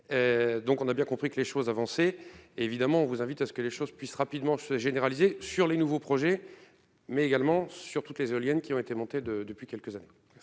donc on a bien compris que les choses avancent et évidemment on vous invite à ce que les choses puissent rapidement se généraliser sur les nouveaux projets, mais également sur toutes les éoliennes qui ont été montées de depuis quelques années.